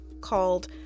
called